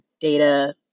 data